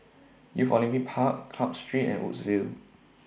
Youth Olympic Park Club Street and Woodsville